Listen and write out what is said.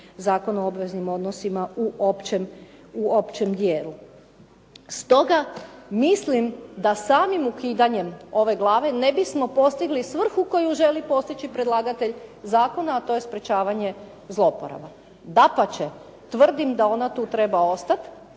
Zakon o obveznim odnosima u općem dijelu. Stoga mislim da samim ukidanjem ove glave ne bismo postigli svrhu koju želi postići predlagatelj zakona, a to je sprečavanje zloporaba. Dapače, tvrdim da ona treba tu ostati